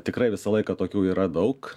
tikrai visą laiką tokių yra daug